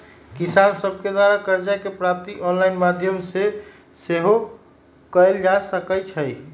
किसान सभके द्वारा करजा के प्राप्ति ऑनलाइन माध्यमो से सेहो कएल जा सकइ छै